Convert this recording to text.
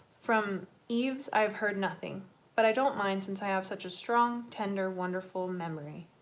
from yves i've heard nothing but i don't mind since i have such a strong tender wonderful memory.